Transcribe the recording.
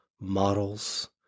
models